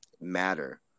matter